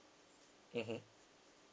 mmhmm